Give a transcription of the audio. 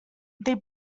they